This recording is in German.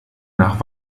nach